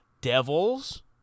devils